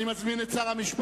אני מזמין את שר המשפטים,